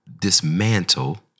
dismantle